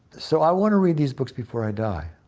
so i want to read these books before i die,